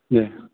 दे